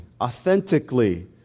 authentically